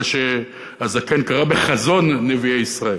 מה שה"זקן" קרא: בחזון נביאי ישראל.